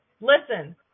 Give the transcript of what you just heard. Listen